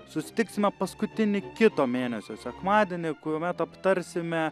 susitiksime paskutinį kito mėnesio sekmadienį kuomet aptarsime